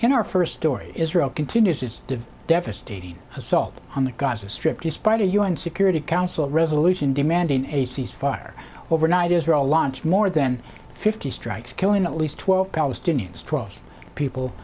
in our first story israel continues its devastating assault on the gaza strip despite a un security council resolution demanding a cease fire overnight israel launched more than fifty strikes killing at least twelve palestinians twelve people